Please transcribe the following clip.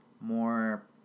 more